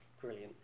Brilliant